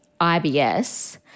IBS